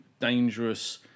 dangerous